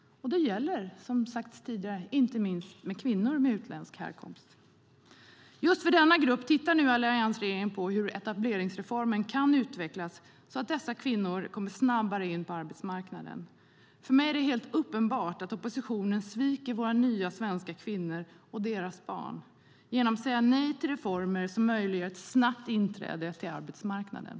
Det gäller inte minst kvinnor med utländsk härkomst. Alliansregeringen tittar nu på hur etableringsreformen kan utvecklas så att dessa kvinnor snabbare kommer in på arbetsmarknaden. För mig är det helt uppenbart att oppositionen sviker våra nya svenska kvinnor och deras barn genom att säga nej till reformer som möjliggör ett snabbt inträde på arbetsmarknaden.